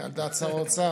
על דעת שר האוצר.